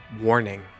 warning